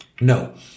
No